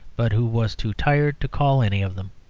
but who was too tired to call any of them.